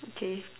okay